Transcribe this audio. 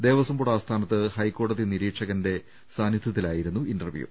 ദേവസ്ഥംബോർഡ് ആസ്ഥാനത്ത് ഹൈക്കോടതി നിരീക്ഷക്ന്റെ സാന്നിധ്യത്തി ലായിരുന്നു ഇന്റർവ്യൂ